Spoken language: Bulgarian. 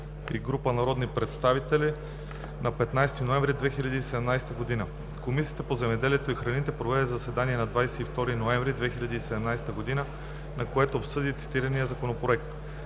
и група народни представители на 15 ноември 2017 г. Комисията по земеделието и храните проведе заседание на 22 ноември 2017 г., на което обсъди цитирания Законопроект.